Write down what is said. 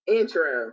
Intro